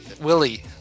Willie